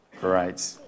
Great